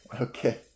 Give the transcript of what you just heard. Okay